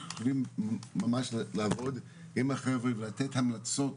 אנחנו יכולים ממש לעבוד עם החבר'ה לתת המלצות